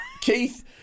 Keith